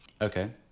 okay